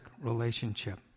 relationship